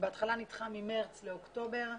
שבהתחלה נדחה ממארס לאוקטובר,